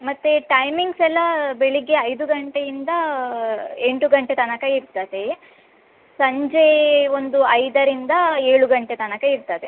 ಮತ್ತು ಟೈಮಿಂಗ್ಸ್ ಎಲ್ಲ ಬೆಳಗ್ಗೆ ಐದು ಗಂಟೆಯಿಂದ ಎಂಟು ಗಂಟೆ ತನಕ ಇರ್ತದೆ ಸಂಜೆ ಒಂದು ಐದರಿಂದ ಏಳು ಗಂಟೆ ತನಕ ಇರ್ತದೆ